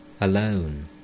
alone